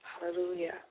hallelujah